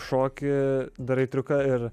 šoki darai triuką ir